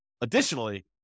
additionally